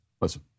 Listen